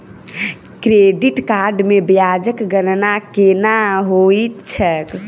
credit card मे ब्याजक गणना केना होइत छैक